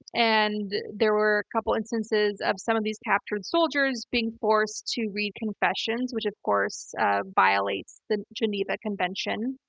and there were a couple instances of some of these captured soldiers being forced to read confessions, which of course violates the geneva convention.